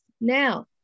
Now